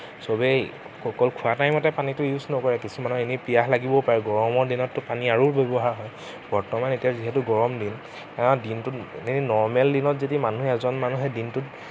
সবেই অকল খোৱা টাইমতে পানীটো ইউজ নকৰে কিছুমানৰ এনেই পিয়াহ লাগিব পাৰে গৰমৰ দিনততো পানী আৰু ব্যৱহাৰ হয় বৰ্তমান এতিয়া যিহেতু গৰম দিন সেয়ে দিনটোত এনেই নৰ্মেল দিনত যদি মানুহে এজন মানুহে দিনটোত